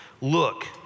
Look